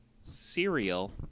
cereal